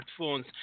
smartphones